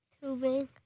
Tubing